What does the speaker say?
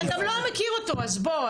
אתה גם לא מכיר אותו, אז בוא.